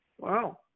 Wow